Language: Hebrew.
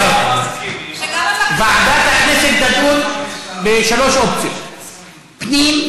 ועדת הכנסת תדון בשלוש אופציות: פנים,